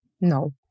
No